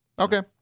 Okay